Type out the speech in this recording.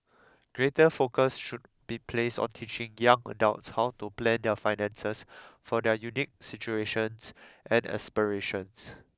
greater focus should be placed on teaching young adults how to plan their finances for their unique situations and aspirations